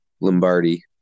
Lombardi